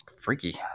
Freaky